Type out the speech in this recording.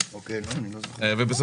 לא ייתכן